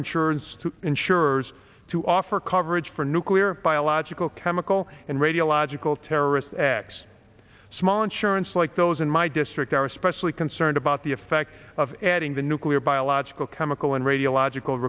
insurance to insurers to offer coverage for nuclear biological chemical and radiological terrorist acts small insurance like those in my district are especially concerned about the effect of adding the nuclear biological chemical and radiological